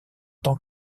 tant